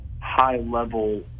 high-level